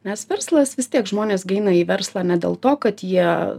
nes verslas vis tiek žmonės gi eina į verslą ne dėl to kad jie